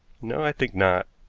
no, i think not.